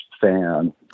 fan